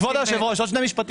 כבוד יושב הראש, עוד שני משפטים.